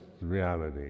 reality